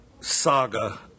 saga